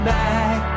back